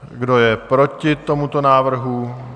Kdo je proti tomuto návrhu?